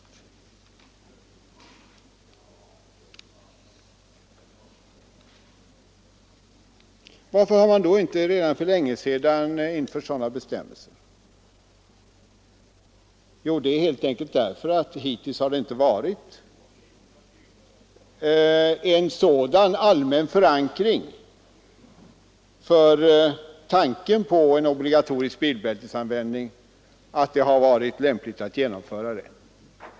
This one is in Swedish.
Varför har man då inte redan för länge sedan infört sådana bestämmelser? Jo, helt enkelt därför att det hittills inte har varit en sådan allmän förankring för tanken på en obligatorisk bilbältesanvändning att det har varit lämpligt att genomföra den.